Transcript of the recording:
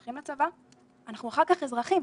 הולכים לצבא, אנחנו אחר כך אזרחים,